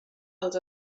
els